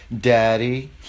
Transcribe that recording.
Daddy